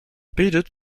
bildet